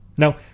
Now